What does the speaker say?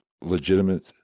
legitimate